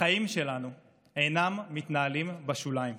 החיים שלנו אינם מתנהלים בשוליים.